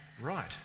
Right